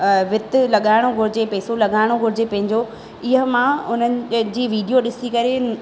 अ वित्त लॻाइणो घुरिजे पैसो लॻाइणो पंहिंजो इहा मां उन्हनि जी वीडियो ॾिसी करे